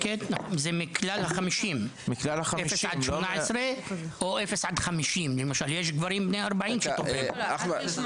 סיפקו לחברים כתוב שעלות מפגש עם מציל הוא 180,000 שקל בשנה.